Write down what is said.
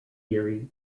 eerie